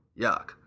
Yuck